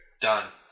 done